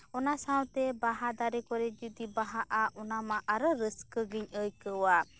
ᱚᱱᱟ ᱥᱟᱶᱛᱮ ᱵᱟᱦᱟᱫᱟᱨᱮ ᱠᱚᱨᱮ ᱡᱚᱫᱤ ᱵᱟᱦᱟᱜ ᱟ ᱚᱱᱟᱢᱟ ᱟᱨᱳ ᱨᱟᱹᱥᱠᱟᱹᱜᱮᱧ ᱟᱹᱭᱠᱟᱹᱣᱟ